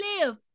live